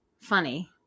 funny